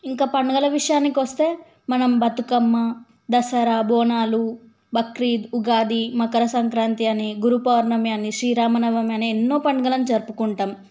ఇంకా పండుగల విషయానికి వస్తే మనం బతుకమ్మ దసరా బోనాలు బక్రీద్ ఉగాది మకర సంక్రాంతి అని గురు పౌర్ణమి అని శ్రీరామనవమి అని ఎన్నో పండుగలను జరుపుకుంటాం